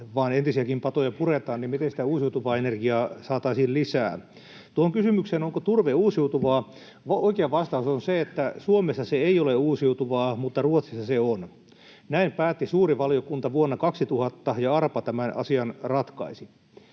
vaan entisiäkin patoja puretaan. Miten sitä uusiutuvaa energiaa saataisiin lisää? Tuohon kysymykseen, onko turve uusiutuvaa, oikea vastaus on, että Suomessa se ei ole uusiutuvaa mutta Ruotsissa se on. Näin päätti suuri valiokunta vuonna 2000, ja arpa tämän asian ratkaisi.